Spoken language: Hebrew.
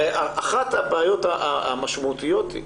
הרי אחת הבעיות המשמעותיות היא